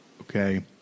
okay